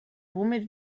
womit